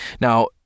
Now